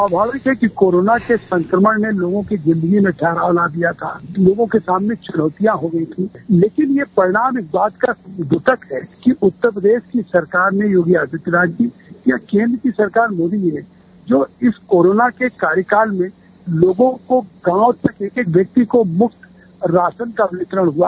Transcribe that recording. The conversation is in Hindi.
स्वाभाविक है की कोरोना के संक्रमण ने लोगो की जिन्दगी में ठहराव ला दिया था लोगों के सामने चुनौतियां हो गयी थीं लेकिन ये परिणाम इस बात का घोतक है की उत्तर प्रदेश की सरकार में योगी आदित्यनाथ जी या केंद्र की सरकार में मोदी ने जो इस कोरोना के कार्यकाल में लोगो को गावों के एक एक व्यक्ति को मुफ्त राशन का वितरण हुआ